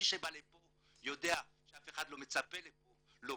מי שבא לפה יודע שאף אחד לא מצפה לו פה,